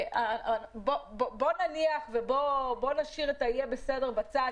בואו נשאיר את ה"יהיה בסדר" בצד,